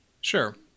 Sure